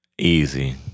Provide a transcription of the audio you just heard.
Easy